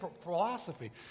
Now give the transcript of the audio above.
philosophy